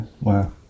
Wow